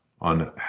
on